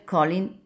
Colin